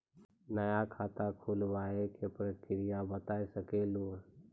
नया खाता खुलवाए के प्रक्रिया बता सके लू?